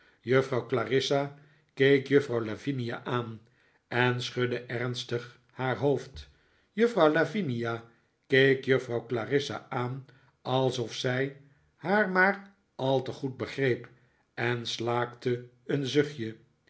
juffrouw clarissa keek juffrouw lavinia aan en schudde ernstig haar hoofd juffrouw lavinia keek juffrouw clarissa aan alsof zij haar maar al te goed begreep en slaakte een zuchtje